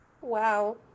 Wow